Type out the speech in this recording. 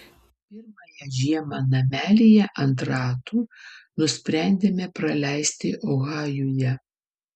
pirmąją žiemą namelyje ant ratų nusprendėme praleisti ohajuje